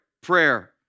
Prayer